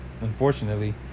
Unfortunately